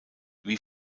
wie